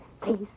Please